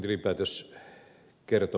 arvoisa puhemies